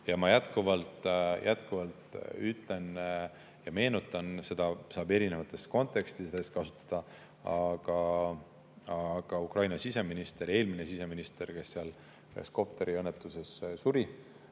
Ma jätkuvalt meenutan, seda saab erinevas kontekstis kasutada, et Ukraina siseminister, eelmine siseminister, kes ühes kopteriõnnetuses surma